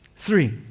Three